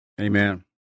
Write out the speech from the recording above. Amen